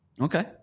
Okay